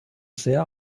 sehr